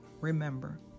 remember